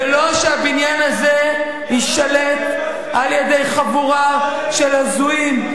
ולא שהבניין הזה יישלט על-ידי חבורה של הזויים.